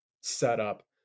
setup